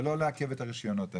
ולא לעכב את הרשיונות האלה.